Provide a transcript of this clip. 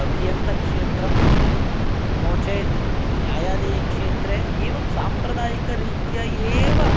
अभियन्तकक्षेत्रं नो चेत् न्यायालयक्षेत्रे एवं साम्प्रदायिकरीत्या एव